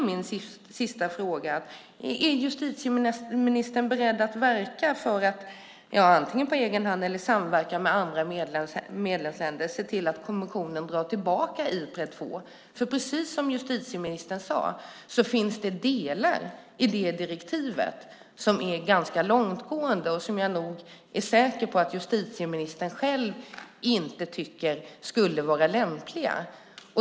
Min sista fråga är därför: Är justitieministern beredd att verka för att, antingen på egen hand eller i samverkan med andra medlemsländer, se till att kommissionen drar tillbaka Ipred 2? Precis som justitieministern sade finns det delar i direktivet som är ganska långtgående. Jag är säker på att justitieministern inte tycker att de skulle vara lämpliga.